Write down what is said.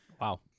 wow